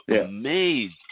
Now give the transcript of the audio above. amazed